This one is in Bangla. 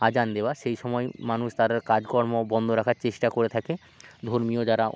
আজান দেওয়া সেই সময় মানুষ তার কাজকর্ম বন্ধ রাখার চেষ্টা করে থাকে ধর্মীয় যারা